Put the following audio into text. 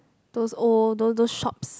those old those those shops